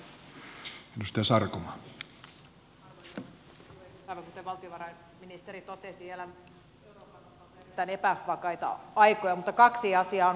kuten valtiovarainministeri totesi elämme erittäin epävakaita aikoja mutta kaksi asiaa on varmaa